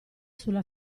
sulla